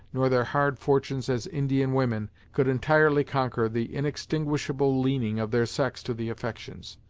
nor their hard fortunes as indian women, could entirely conquer the inextinguishable leaning of their sex to the affections.